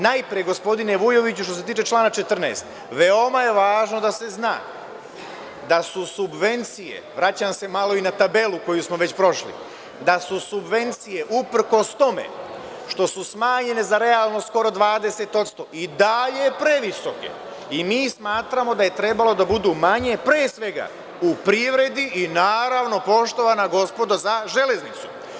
Najpre, gospodine Vujoviću, što se tiče člana 14, veoma je važno da se zna da su subvencije, vraćam se malo i na tabelu koju smo već prošli, uprkos tome što su smanjene za realno skoro 20%, i dalje previsoke i mi smatramo da je trebalo da budu manje pre svega u privredi i, naravno, poštovana gospodo, za Železnicu.